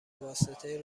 واسطه